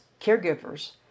caregivers